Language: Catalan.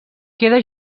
queda